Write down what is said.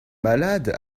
malades